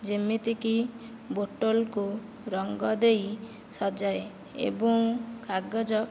ଯେମିତିକି ବୋତଲକୁ ରଙ୍ଗ ଦେଇ ସଜାଏ ଏବଂ କାଗଜ